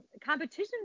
competition